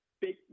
big